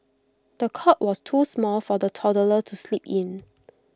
the cot was too small for the toddler to sleep in